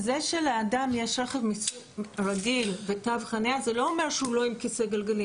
זה שלאדם יש רכב רגיל ותו חניה זה לא אומר שהוא לא עם כיסא גלגלים,